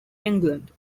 england